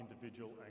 individual